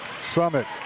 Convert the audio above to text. Summit